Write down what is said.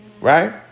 right